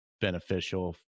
beneficial